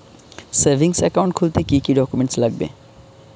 Savings account খুলতে কি কি ডকুমেন্টস লাগবে?